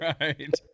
right